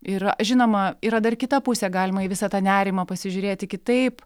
yra žinoma yra dar kita pusė galima į visą tą nerimą pasižiūrėti kitaip